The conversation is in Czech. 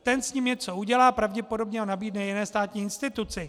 Ten s ním něco udělá, pravděpodobně ho nabídne jiné státní instituci.